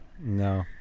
No